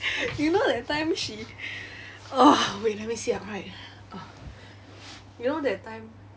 you know that time she ugh wait let me sit up right you know that time